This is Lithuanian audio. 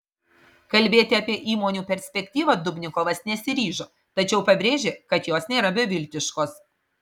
kalbėti apie įmonių perspektyvą dubnikovas nesiryžo tačiau pabrėžė kad jos nėra beviltiškos